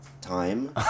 time